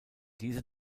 diese